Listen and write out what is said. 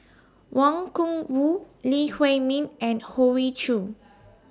Wang Gungwu Lee Huei Min and Hoey Choo